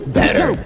better